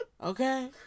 Okay